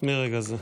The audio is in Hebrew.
מרגע זה.